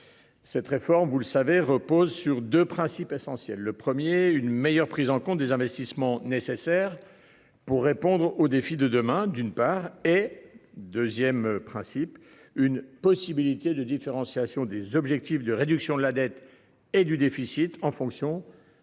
le savez repose sur 2 principes essentiels, le 1er une meilleure prise en compte des investissements nécessaires pour répondre aux défis de demain. D'une part et 2ème principe une possibilité de différenciation des objectifs de réduction de la dette et du déficit en fonction de la